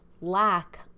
lack